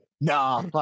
no